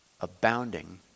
abounding